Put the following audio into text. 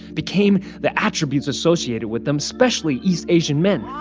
became the attributes associated with them, especially east asian men. um